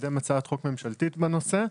לקדם הצעת חוק ממשלתית בנושא.